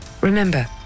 Remember